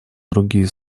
другие